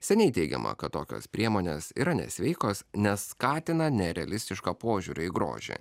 seniai teigiama kad tokios priemonės yra nesveikos nes skatina nerealistišką požiūrį į grožį